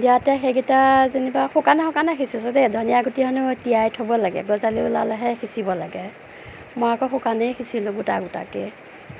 দিয়াতে সেইকেইটা যেনিবা শুকানে শুকানে সিচিছোঁ দেই ধনিয়া গুটি হেনু তিয়াই থ'ব লাগে গজালি ওলালেহে সিচিব লাগে মই আকৌ শুকানেই সিচিলোঁ গোটা গোটাকে